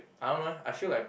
I don't know eh I feel like